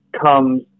comes